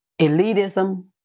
elitism